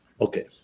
Okay